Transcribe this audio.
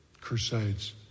crusades